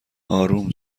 اروم